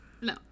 No